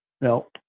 No